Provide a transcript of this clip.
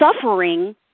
suffering